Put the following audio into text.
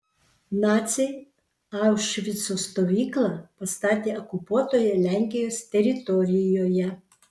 naciai aušvico stovyklą pastatė okupuotoje lenkijos teritorijoje